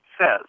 says